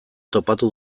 topatu